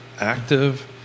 active